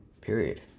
period